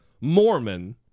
Mormon